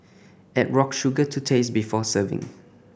add rock sugar to taste before serving